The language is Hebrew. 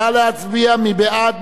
נא להצביע, מי בעד?